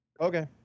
okay